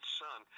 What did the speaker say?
son